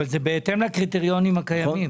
אבל זה בהתאם לקריטריונים הקיימים.